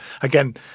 again